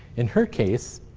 in her case,